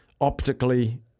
optically